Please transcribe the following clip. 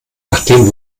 nachdem